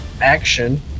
Action